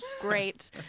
great